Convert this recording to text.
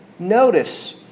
Notice